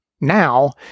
now